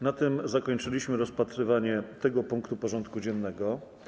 Na tym zakończyliśmy rozpatrywanie tego punktu porządku dziennego.